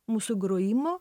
mūsų grojimo